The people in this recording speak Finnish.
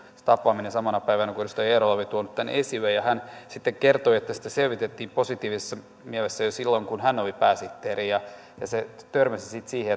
samana samana päivänä kuin edustaja eerola oli tuonut tämän esille hän sitten kertoi että sitä selvitettiin positiivisessa mielessä jo silloin kun hän oli pääsihteeri ja ja se törmäsi sitten siihen